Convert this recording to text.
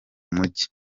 mujyi